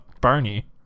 Barney